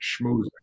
schmoozing